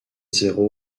zéro